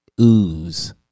ooze